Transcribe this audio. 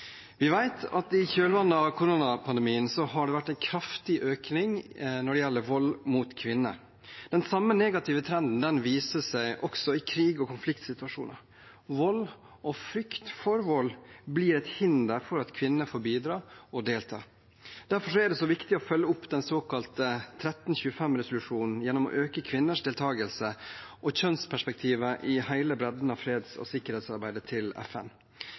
vært en kraftig økning i vold mot kvinner. Den samme negative trenden viser seg også i krig og konfliktsituasjoner. Vold og frykt for vold blir et hinder for at kvinner får bidra og delta. Derfor er det så viktig å følge opp den såkalte 1325-resolusjonen gjennom å øke kvinners deltakelse og kjønnsperspektivet i hele bredden av freds- og sikkerhetsarbeidet til FN.